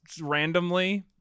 randomly